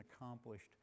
accomplished